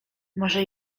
może